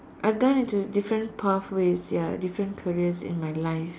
I've gone into different pathways ya different careers in my life